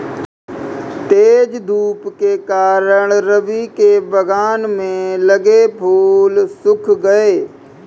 तेज धूप के कारण, रवि के बगान में लगे फूल सुख गए